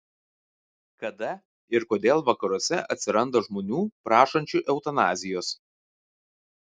kada ir kodėl vakaruose atsiranda žmonių prašančių eutanazijos